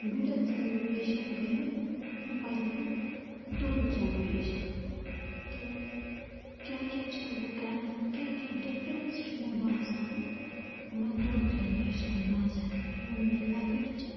middle generation بٔنِتھ پنٛنٮ۪ن دۄن جٮ۪نریشنَن تہٕ کیٛاہ کیٛاہ چھَس بہٕ کَران کیٛاہ کیٛاہ ڈِفرَنٕس چھُ مےٚ باسان یِمَن دۄن جٮ۪نریشَنَن منٛز یِم مےٚ لۄکٕٹۍ چھِ